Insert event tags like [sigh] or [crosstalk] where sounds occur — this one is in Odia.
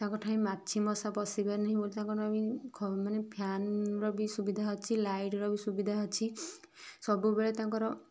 ତାଙ୍କ ଠେଇ ମାଛି ମଶା ପଶିବେନି ବୋଲି ତାଙ୍କ [unintelligible] ପାଇଁ ମାନେ ଫ୍ୟାନ୍ର ବି ସୁବିଧା ଅଛି ଲାଇଟ୍ର ବି ସୁବିଧା ଅଛି ସବୁବେଳେ ତାଙ୍କର